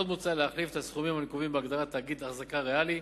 עוד מוצע להחליף את הסכומים הנקובים בהגדרה "תאגיד החזקה ריאלי",